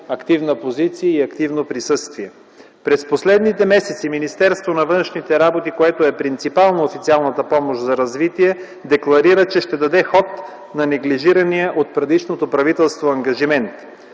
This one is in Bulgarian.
активна позиция и присъствие. През последните месеци Министерството на външните работи, което е принципал на Официалната помощ за развитие, декларира, че ще даде ход на неглижирания от предишното правителство ангажимент.